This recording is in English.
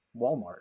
Walmart